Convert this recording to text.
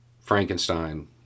Frankenstein